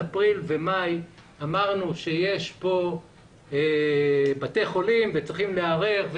אפריל ומאי אמרנו שיש כאן בתי חולים וצריכים להיערך,